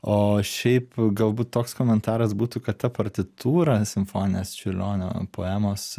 o šiaip galbūt toks komentaras būtų kad ta partitūra simfoninės čiurlionio poemos